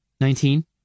Nineteen